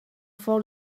four